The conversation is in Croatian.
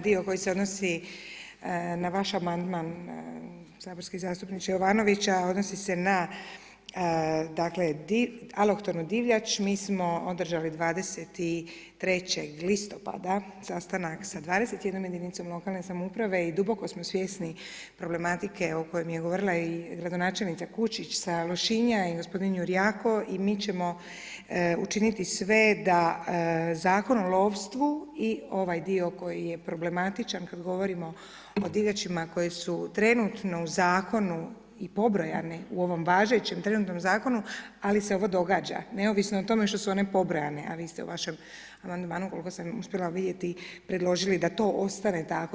dio koji se odnosi na vaš amandman saborski zastupniče Jovanovića, a odnosi se na, dakle, alohtornu divljač, mi smo održali 23. listopada sastanak, sa 21 jedinicom lokalne samouprave i duboko smo svjesni problematike o kojoj je govorila i gradonačelnica Kučić sa Lošinja, i gospodin Jurjako, i mi ćemo učiniti sve da Zakon o lovstvu i ovaj dio koji je problematičan kad govorimo o divljačima koje su trenutno u Zakonu i pobrojane, u ovom važećem trenutnom Zakonu, ali se ovo događa, neovisno o tome što su one pobrojane, a vi ste u vašem amandmanu, koliko sam uspjela vidjeti, predložili da to ostane tako.